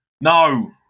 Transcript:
no